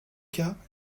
cas